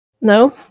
No